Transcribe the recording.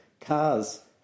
cars